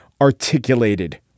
articulated